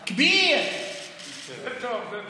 גדול.) זה טוב, זה טוב.